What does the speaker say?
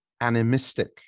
animistic